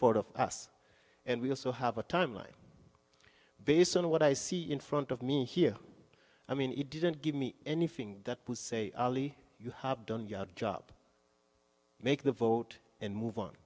four of us and we also have a timeline based on what i see in front of me here i mean it didn't give me anything that to say ali you have done your job make the vote and move on